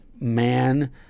man